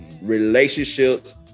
relationships